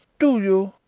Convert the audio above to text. do you?